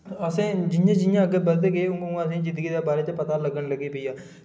असें जि'यां जि'यां अग्गें बधदे गे उ'आं उ'आं जिंदगी दे बारे च पता लग्गन लगी पेआ